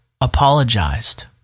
apologized